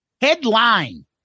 Headline